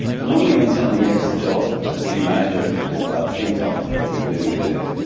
normally when somebody gets a job as a new manager at a football club, things aren't particularly good,